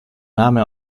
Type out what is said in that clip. name